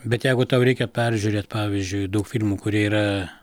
bet jeigu tau reikia peržiūrėt pavyzdžiui daug filmų kurie yra